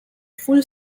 full